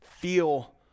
feel